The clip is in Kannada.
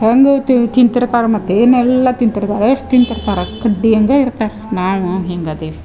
ಹೇಗೂ ತಿಂತಿರ್ತಾರೆ ಮತ್ತು ಏನೆಲ್ಲ ತಿಂತಿರ್ತಾರೆ ಎಷ್ಟು ತಿಂತಿರ್ತಾರೆ ಕಡ್ಡಿ ಹಂಗೆ ಇರ್ತಾರೆ ನಾವು ಹಿಂಗೆ ಅದೀವಿ